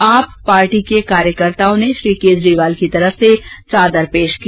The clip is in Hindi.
आप पार्टी के कार्यकर्ताओं ने श्री केजरीवाल की तरफ से चादर पेश की